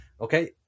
Okay